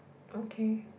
okay